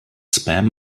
spam